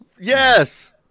Yes